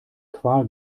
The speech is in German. qual